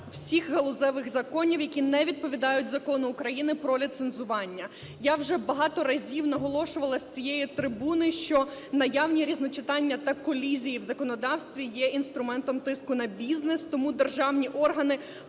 всіх галузевих законів, які не відповідають Закону України про ліцензування. Я вже багато разів наголошувала з цієї трибуни, що наявні різночитання та колізії в законодавстві є інструментом тиску на бізнес. Тому державні органи